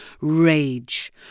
rage